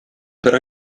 però